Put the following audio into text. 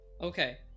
Okay